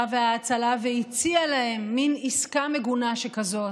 וההצלה והציע להם מין עסקה מגונה שכזאת,